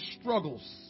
struggles